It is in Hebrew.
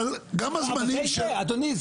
אבל, גם הזמנים --- אדוני,